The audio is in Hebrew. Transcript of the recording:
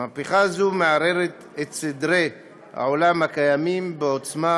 המהפכה הזאת מערערת את סדרי העולם הקיימים בעוצמה